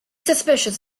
suspicious